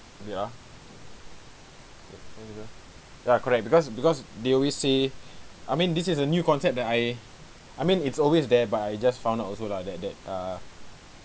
wait ah ya correct because because they always say I mean this is a new concept that I I mean it's always there but I just found out also lah that that uh